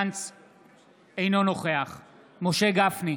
אינו נוכח משה גפני,